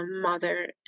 mother